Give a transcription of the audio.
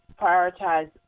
prioritize